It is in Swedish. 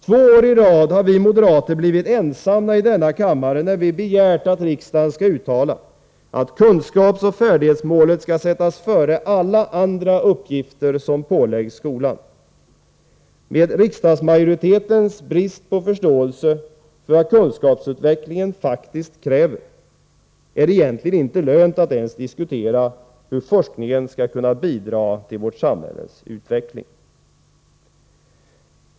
Två år i rad har vi moderater blivit ensamma i denna kammare när vi begärt att riksdagen skall uttala att kunskapsoch färdighetsmålet skall sättas före alla andra uppgifter som åläggs skolan. Med riksdagsmajoritetens brist på förståelse för vad kunskapsutvecklingen faktiskt kräver är det egentligen inte lönt att ens diskutera hur forskningen skall kunna bidra till vårt samhälles utveckling.